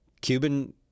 Cuban